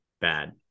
Bad